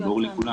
זה ברור לכולם,